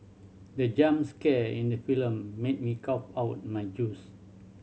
the jump scare in the film made me cough out my juice